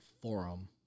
forum